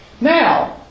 Now